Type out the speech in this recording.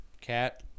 cat